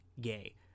gay